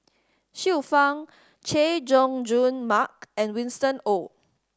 Xiu Fang Chay Jung Jun Mark and Winston Oh